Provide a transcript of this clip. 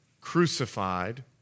crucified